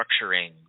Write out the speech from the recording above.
structuring